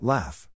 Laugh